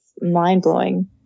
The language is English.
mind-blowing